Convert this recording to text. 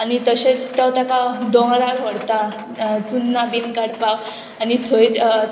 आनी तशेंच तो ताका दोंगरार व्हरता चुन्नां बीन काडपाक आनी थंय